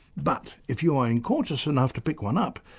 but if you are incautious enough to pick one up,